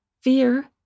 fear